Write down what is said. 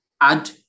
Add